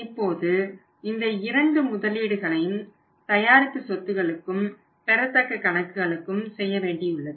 இப்போது இந்த இரண்டு முதலீடுகளையும் தயாரிப்பு சொத்துக்களுக்கும் பெறத்தக்க கணக்குகளுக்கும் செய்யவேண்டியுள்ளது